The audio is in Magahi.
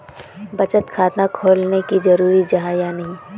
बचत खाता खोलना की जरूरी जाहा या नी?